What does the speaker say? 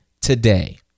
today